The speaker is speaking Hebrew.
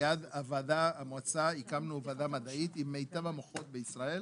לצד המועצה הקמנו ועדה מדעית עם מיטב המוחות בישראל.